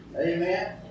Amen